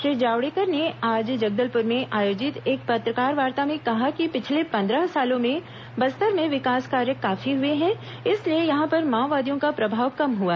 श्री जावड़ेकर ने आज जगदलपुर में आयोजित एक पत्रकारवार्ता में कहा कि पिछले पंद्रह सालों में बस्तर में विकास कार्य काफी हुए हैं इसलिए यहां पर माओवादियों का प्रभाव कम हुआ